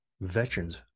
veterans